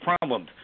problems